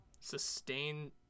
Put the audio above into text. Sustain